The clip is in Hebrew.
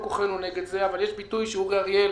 כוחנו נגד זה אבל יש ביטוי שאורי אריאל